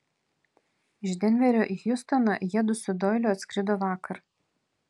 iš denverio į hjustoną jiedu su doiliu atskrido vakar